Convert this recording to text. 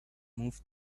moved